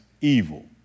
evil